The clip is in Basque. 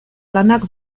lanak